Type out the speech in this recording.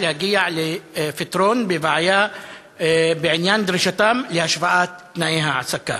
להגיע לפתרון הבעיה בעניין דרישתם להשוואת תנאי ההעסקה.